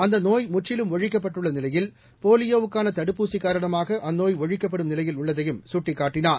அந்த நோய் முற்றிலும் ஒழிக்கப்பட்டுள்ள நிலையில் போலியோவுக்கான தடுப்பூசி காரணமாக அந்நோய் ஒழிக்கப்படும் நிலையில் உள்ளதையும் சுட்டிக்காட்டினார்